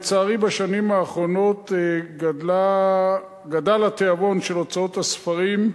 לצערי בשנים האחרונות גדל התיאבון של הוצאות הספרים,